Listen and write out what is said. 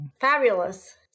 Fabulous